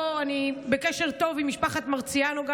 אני גם בקשר טוב עם משפחת מרציאנו.